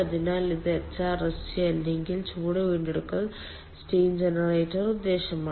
അതിനാൽ ഇത് HRSG അല്ലെങ്കിൽ ചൂട് വീണ്ടെടുക്കൽ സ്റ്റീം ജനറേറ്ററിന്റെ ഉദ്ദേശ്യമാണ്